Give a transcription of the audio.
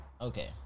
Okay